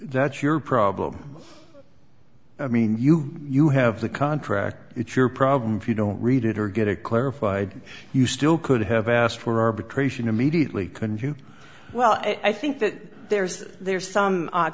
that's your problem i mean you you have the contract it's your problem if you don't read it or get it clarified you still could have asked for arbitration immediately couldn't you well i think that there's there's some